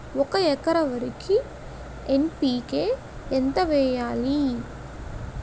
ఒక ఎకర వరికి ఎన్.పి కే ఎంత వేయాలి?